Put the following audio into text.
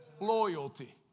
Loyalty